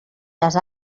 les